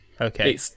okay